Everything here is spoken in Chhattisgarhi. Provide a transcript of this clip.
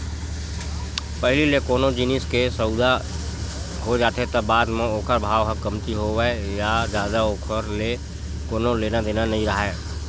पहिली ले कोनो जिनिस के सउदा हो जाथे त बाद म ओखर भाव ह कमती होवय या जादा ओखर ले कोनो लेना देना नइ राहय